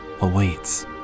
awaits